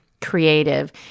creative